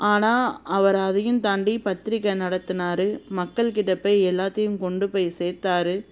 ஆனால் அவரு அதையும் தாண்டி பத்திரிக்கை நடத்தினாரு மக்கள்கிட்ட போய் எல்லாத்தையும் கொண்டு போய் சேத்தாரு